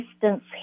distance